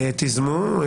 תזמו,